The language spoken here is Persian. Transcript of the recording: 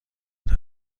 چطور